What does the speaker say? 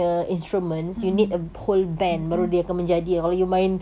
mmhmm ye betul